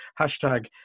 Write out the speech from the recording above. Hashtag